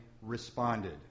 Responded